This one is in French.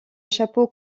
chapeau